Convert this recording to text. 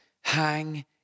hang